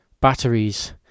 batteries